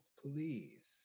please